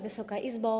Wysoka Izbo!